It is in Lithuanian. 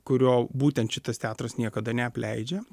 kurio būtent šitas teatras niekada neapleidžia